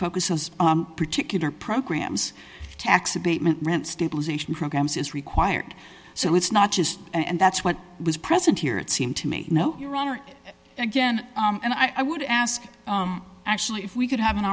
focus is particular programs tax abatement rent stabilization programs is required so it's not just and that's what was present here it seemed to me no your honor again and i would ask actually if we could have an